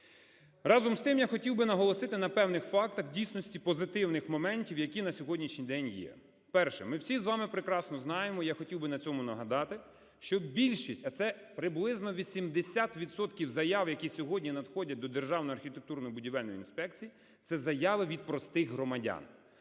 Разом з тим, я хотів би наголосити на певних фактах, в дійсності позитивних моментів, які на сьогоднішній день є. Перше. Ми всі з вами прекрасно знаємо, я хотів би на цьому нагадати, що більшість, а це приблизно 80 відсотків заяв, які сьогодні надходять до Державної архітектурно-будівельної інспекції, це заяви від простих громадян.